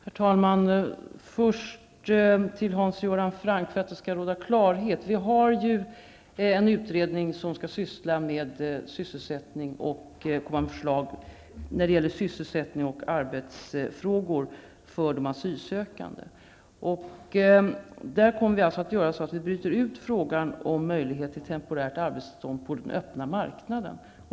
Herr talman! Först till Hans Göran Franck. Vi har en utredning som skall syssla med sysselsättningsoch arbetsfrågor för de asylsökande. Där kommer vi att göra så att vi bryter ut frågan om möjligheten till temporärt arbetstillstånd på den öppna marknaden.